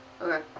Okay